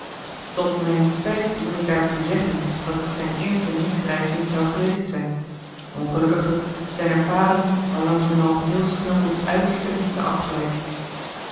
tot mijn spijt moet ik daartoe zeggen dat het zijn eerste misdrijf niet zou geweest zijn ongelukkiglijk zijn er paden waarlangs men al heel snel tot uiterste diepte